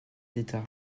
d’état